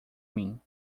mim